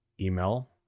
email